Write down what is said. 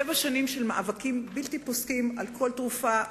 שבע שנים של מאבקים בלתי פוסקים על כל תרופה,